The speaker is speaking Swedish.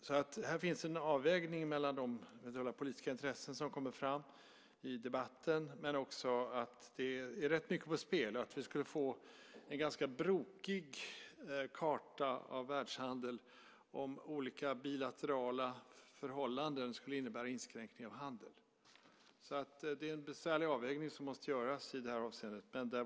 Här handlar det om en avvägning mellan politiska intressen som kommer fram i debatten. Det är också rätt mycket på spel. Vi skulle få en ganska brokig karta av världshandel om olika bilaterala förhållanden skulle innebära en inskränkning av handel. Det är en besvärlig avvägning som måste göras i det avseendet.